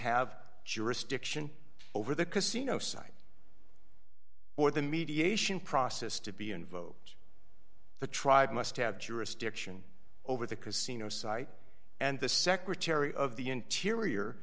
have jurisdiction over the casino site or the mediation process to be invoked the tribe must have jurisdiction over the casino site and the secretary of the interior